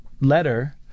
letter